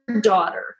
daughter